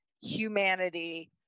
humanity